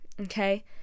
okay